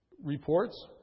Reports